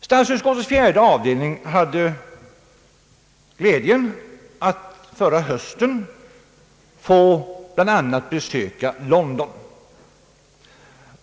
Statsutskottets fjärde avdelning hade glädjen att förra hösten bl.a. få besöka London.